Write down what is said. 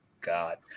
God